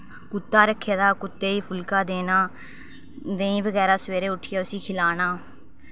कुत्ता रक्खेदा कुत्ते ई फुल्का देना देहीं बगैरा सवेरे उट्ठियै उसी खिलाना